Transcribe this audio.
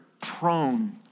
prone